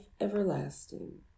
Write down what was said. everlasting